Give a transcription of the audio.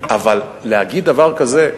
אבל להגיד דבר כזה?